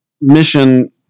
mission